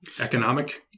economic